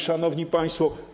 Szanowni Państwo!